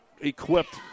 equipped